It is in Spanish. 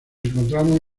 encontramos